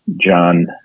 John